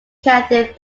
catholic